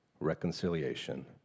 reconciliation